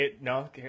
No